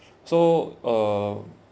so uh